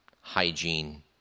hygiene